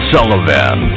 Sullivan